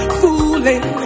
fooling